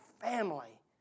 family